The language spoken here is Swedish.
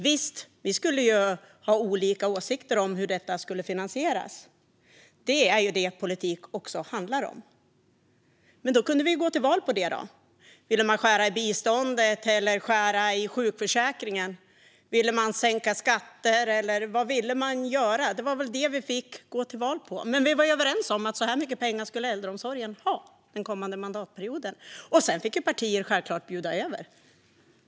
Visst, vi kan ha olika åsikter om hur detta ska finansieras - det är ju det politik handlar om - men då kan vi gå till val på det. Vill man skära i biståndet eller i sjukförsäkringen? Vill man sänka skatter, eller vad vill man göra? Det är väl det vi får gå till val på. Men vi skulle, om vi hade en sådan här diskussion, komma överens om att så här mycket pengar ska äldreomsorgen ha den kommande mandatperioden. Sedan skulle partier självklart kunna bjuda över.